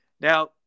Now